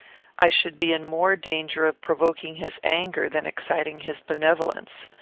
i should be in more danger of provoking his anger than exciting his benevolence.